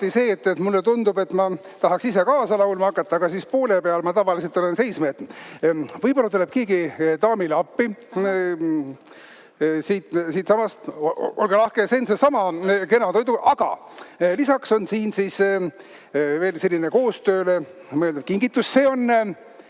see, et mulle tundub, et ma tahaksin ise kaasa laulma hakata, aga poole peal ma tavaliselt olen seisma jäänud. Võib-olla tuleb keegi daamile appi. Siitsamast. Olge lahke, see on seesama kena toidu… Aga lisaks on siin veel selline koostööks mõeldud kingitus.